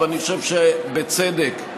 ואני חושב שבצדק הוא